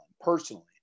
personally